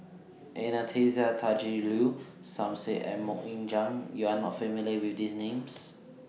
Anastasia Tjendri Liew Som Said and Mok Ying Jang YOU Are not familiar with These Names